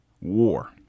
war